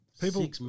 People